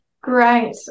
Great